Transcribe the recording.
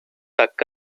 தக்க